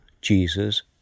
Jesus